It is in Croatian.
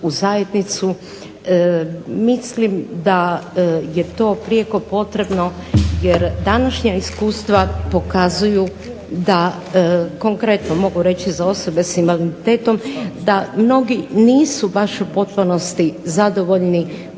u zajednicu. Mislim da je to prijeko potrebno jer današnja iskustva pokazuju da konkretno mogu reći za osobe sa invaliditetom, da mnogi nisu baš u potpunosti zadovoljni